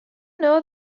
know